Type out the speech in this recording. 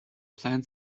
plant